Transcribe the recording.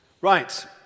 Right